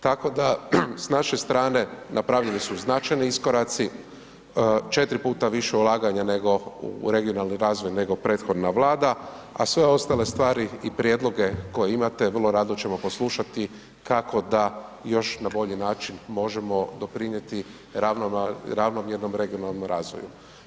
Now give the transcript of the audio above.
Tako da, s naše strane, napravljeni su značajni iskoraci, 4 puta više ulaganja nego u regionalni razvoj, nego prethodna Vlada, a sve ostale stvari i prijedloge koje imate, vrlo rado ćemo poslušati, kako da još na bolji način možemo doprinijeti ravnomjernom regionalnom razvoju.